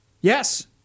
Yes